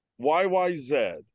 YYZ